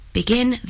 Begin